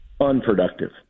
unproductive